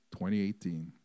2018